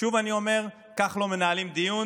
שוב אני אומר, כך לא מנהלים דיון.